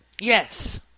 Yes